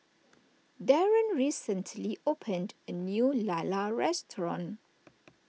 Deron recently opened a new Lala restaurant